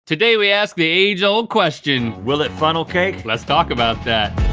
today we ask the age-old question. will it funnel cake? let's talk about that.